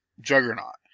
juggernaut